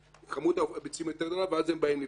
שכמות הביצים גדולה יותר, ואז הם באים לבדוק.